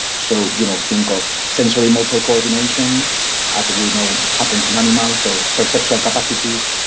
so you know think of sensory motor coordination as we know and happens in animals, or perceptual capacities,